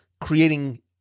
creating